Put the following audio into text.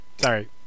Sorry